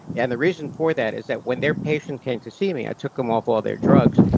and the reason for that is that when their patients came to see me, i took them off all their drugs,